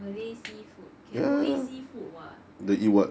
malay seafood can don't eat seafood [what]